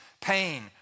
pain